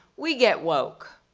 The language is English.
we get woke.